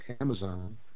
Amazon